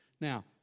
Now